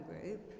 group